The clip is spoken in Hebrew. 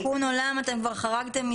תיקון עולם,